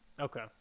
Okay